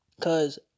Cause